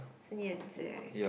Sun Yan Zhi right